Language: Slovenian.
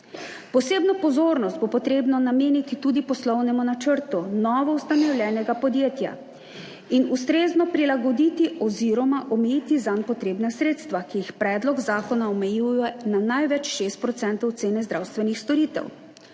Posebno pozornost bo potrebno nameniti tudi poslovnemu načrtu novoustanovljenega podjetja in ustrezno prilagoditi oziroma omejiti zanj potrebna sredstva, ki jih predlog zakona omejuje na največ 6 % cene zdravstvenih storitev.